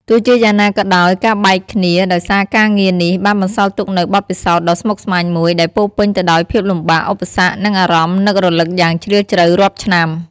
ទោះជាយ៉ាងណាក៏ដោយ ការបែកគ្នាដោយសារការងារនេះ បានបន្សល់ទុកនូវបទពិសោធន៍ដ៏ស្មុគស្មាញមួយ ដែលពោរពេញទៅដោយភាពលំបាក ឧបសគ្គ និងអារម្មណ៍នឹករលឹកយ៉ាងជ្រាលជ្រៅរាប់ឆ្នាំ។